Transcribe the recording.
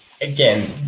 again